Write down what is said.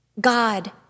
God